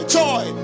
joy